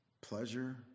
pleasure